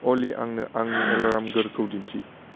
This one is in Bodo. अलि आंनो आंनि एलार्मफोरखौ दिन्थि